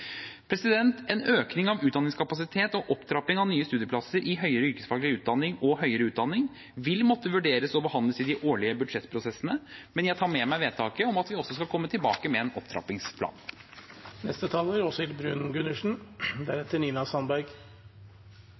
En økning i utdanningskapasitet og opptrapping av nye studieplasser i høyere yrkesfaglig utdanning og høyere utdanning vil måtte vurderes og behandles i de årlige budsjettprosessene, men jeg tar med meg vedtaket om at vi også skal komme tilbake med en